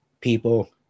People